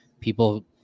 people